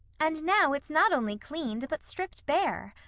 and now it's not only cleaned but stripped bare.